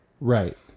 Right